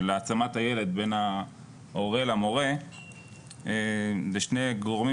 של העצמת הילד בין ההורה למורה-אלו שני גורמים